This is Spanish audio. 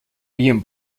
bien